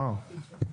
אה,